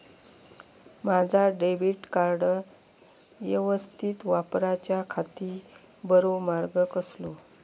माजा debit card यवस्तीत वापराच्याखाती बरो मार्ग कसलो?